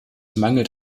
mangelt